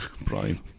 Brian